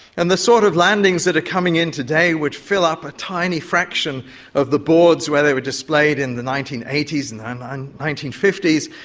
and the sort of landings that are coming in today would fill up a tiny fraction of the boards where they were displayed in the nineteen eighty s and the um nineteen fifty s,